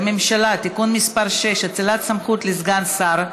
הממשלה (תיקון מס' 6) (אצילת סמכות לסגן שר),